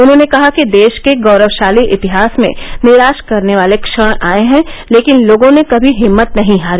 उन्होंने कहा कि देश के गौरवशाली इतिहास में निराश करने वाले क्षण आए हैं लेकिन लोगों ने कभी हिम्मत नहीं हारी